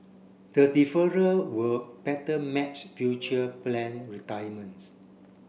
the deferral will better match future planned retirements